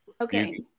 Okay